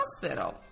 hospital